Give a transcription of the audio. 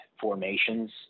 formations